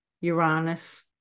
Uranus